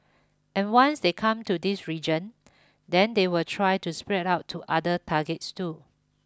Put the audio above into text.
and once they come to this region then they will try to spread out to other targets too